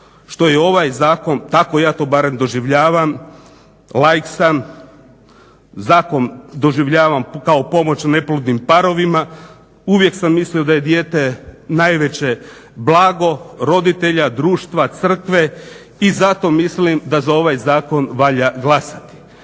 što je ovaj zakon, tako ja to barem doživljavam, laik sam, zakon doživljavam kao pomoć neplodnim parovima. Uvijek sam mislio da je dijete najveće blago roditelja, društva, crkve i zato mislim da za ovaj zakon valja glasati.